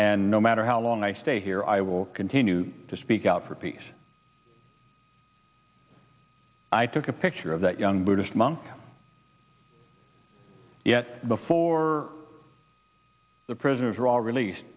and no matter how long i stay here i will continue to speak out for peace i took a picture of that young buddhist monk yet before the prisoners were all released